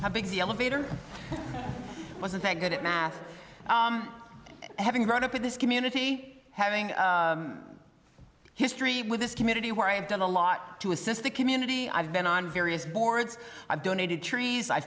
how big is the elevator wasn't that good at math having grown up in this community having history with this community where i have done a lot to assist the community i've been on various boards i've donated trees i